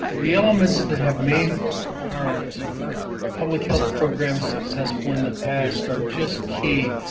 the elements that have made our public health programs successful in the past are just key.